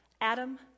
Adam